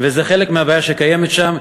וזה חלק מהבעיה שקיימת שם,